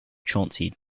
chauncey